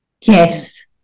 Yes